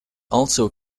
also